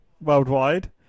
worldwide